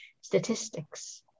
statistics